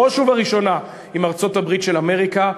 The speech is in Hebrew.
ובראש ובראשונה עם ארצות-הברית של אמריקה,